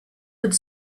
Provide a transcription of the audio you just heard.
could